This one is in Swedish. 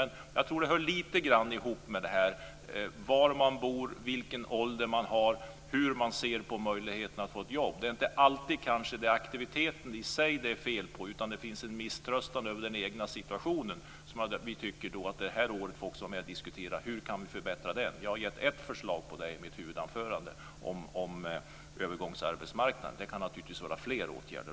Men det hör lite grann ihop med var man bor, vilken ålder man har, hur man ser på möjligheterna att få ett jobb. Det är inte alltid det är aktiviteten i sig det är fel på utan att det finns en misströstan över den egna situationen. Här får vi vara med och diskutera förbättringar. Jag har varit med och gett ett förslag i mitt huvudanförande, nämligen om övergångsarbetsmarknad. Det kan naturligtvis vara flera åtgärder.